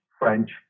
French